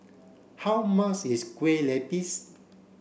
how much is Kueh Lapis